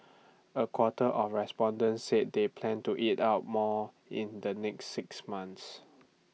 A quarter of respondents said they plan to eat out more in the next six months